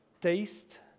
taste